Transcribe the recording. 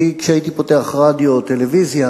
כי כשהייתי פותח רדיו או טלוויזיה